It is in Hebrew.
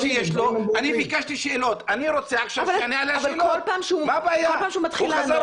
אז ממרץ עד --- שנייה, תן